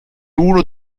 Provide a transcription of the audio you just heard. uno